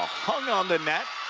hung on the net,